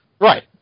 Right